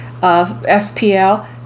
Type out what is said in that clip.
FPL